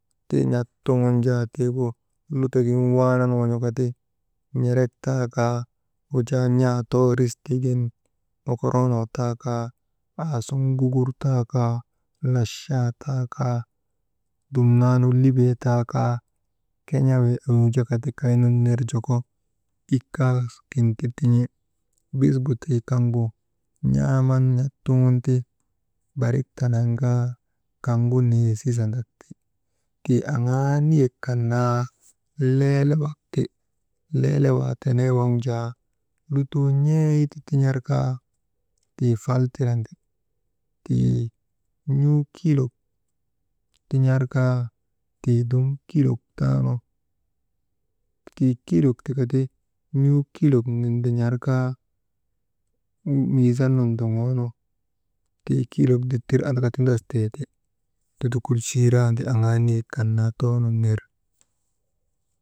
« Mal enregistrer» tiigu lutogin waanan won̰ikati, n̰erek taakaa wujaa n̰aa too ris tigin mokoroonoo taakaa, aasugun gugur taakaa, lachaa taakaa, dumnanu libee taakaa ken̰a wuujeka tii kay nun ner ikka kin ti tin̰i. Bisgutii kaŋgu neesisandak ti, tii aŋaa niyek kan leelewak ti, leelewaa tenee waŋ jaa lutoo n̰eeti tin̰ar kaa tii faltirandi. Tii n̰uu kilok nindin̰ar kaa,« hesitation» miizan nun ndoŋoonu tii kilok dittir andaka tindasteeti tudukulchiiraandi aŋaa niyek kan naa too nun ner.